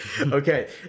okay